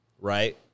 right